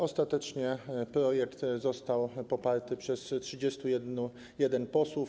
Ostatecznie projekt został poparty przez 31 posłów.